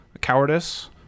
cowardice